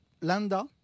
Landa